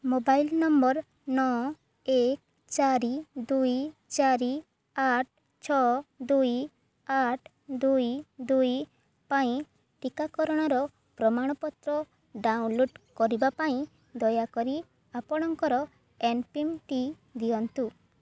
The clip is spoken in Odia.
ମୋବାଇଲ ନମ୍ବର ନଅ ଏକ ଚାରି ଦୁଇ ଚାରି ଆଠ ଛଅ ଦୁଇ ଆଠ ଦୁଇ ଦୁଇ ପାଇଁ ଟିକାକରଣର ପ୍ରମାଣପତ୍ର ଡାଉନଲୋଡ଼୍ କରିବା ପାଇଁ ଦୟାକରି ଆପଣଙ୍କର ଏମ୍ପିନ୍ଟି ଦିଅନ୍ତୁ